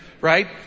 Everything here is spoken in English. Right